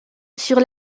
sur